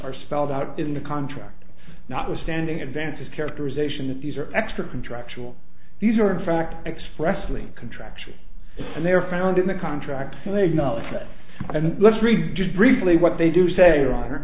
are spelled out in the contract notwithstanding advances characterization that these are extra contractual these are in fact expressly contractual and they're found in the contract and they know that and let's read just briefly what they do say around her